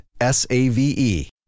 S-A-V-E